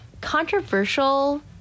controversial